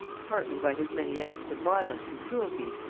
partly by his many acts of violence and cruelty,